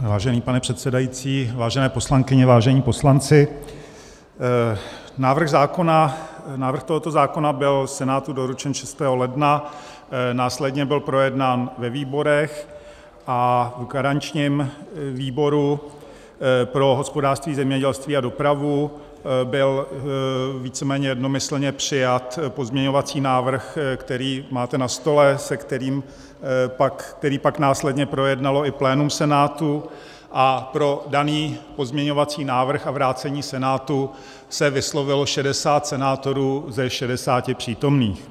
Vážený pane předsedající, vážené poslankyně, vážení poslanci, návrh tohoto zákona byl Senátu doručen 6. ledna, následně byl projednán ve výborech a v garančním výboru pro hospodářství, zemědělství a dopravu byl víceméně jednomyslně přijat pozměňovací návrh, který máte na stole, který pak následně projednalo i plénum Senátu, a pro daný pozměňovací návrh a vrácení Senátu se vyslovilo 60 senátorů ze 60 přítomných.